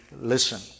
listen